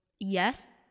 Yes